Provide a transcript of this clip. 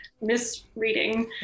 misreading